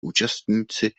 účastníci